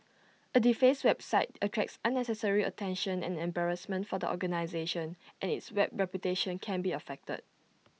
A defaced website attracts unnecessary attention and embarrassment for the organisation and its web reputation can be affected